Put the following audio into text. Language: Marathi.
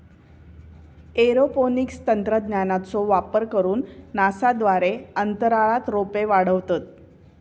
एरोपोनिक्स तंत्रज्ञानाचो वापर करून नासा द्वारे अंतराळात रोपे वाढवतत